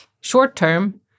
short-term